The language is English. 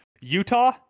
Utah